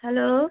hello